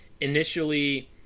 initially